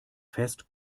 fest